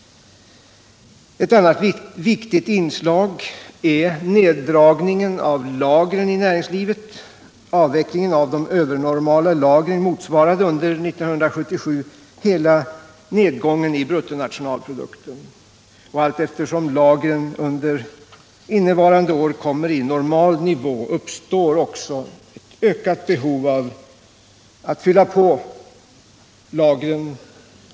Ett annat viktigt inslag är neddragningen av lagren i näringslivet. Avvecklingen av Övernormala lager motsvarade under 1977 hela nedgången i bruttonationalprodukten. och allteftersom lagren under innevarande år kommer i normal nivå uppstår ett ökat behov av att fylla på lagren.